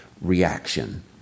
reaction